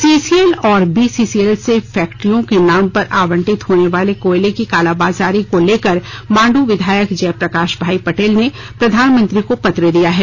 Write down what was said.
CCL और BCCL से फैक्ट्रियों के नाम पर आबंटित होने वाले कोयले की कालाबाजारी को लेकर मांडू विधायक जयप्रकाशभाई पटेल ने प्रधानमंत्री को पत्र दिया है